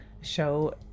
show